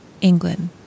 England